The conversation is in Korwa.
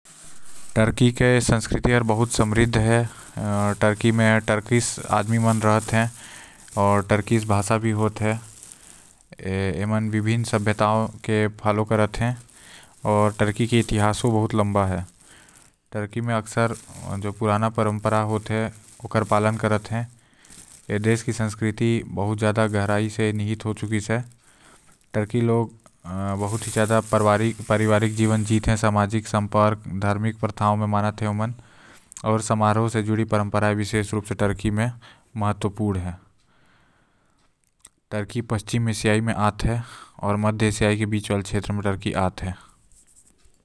तुर्की के संस्कृति हर बहुत समृद्ध है यहां रहे वाला मन टर्किश कहलाते जो दुनिया भर के सभ्यता ल फॉलो करते आऊ साथ ही साथ एकर इतिहास भी बहुत लंबा है आऊ एमा तुर्की भाषा बोले जाते।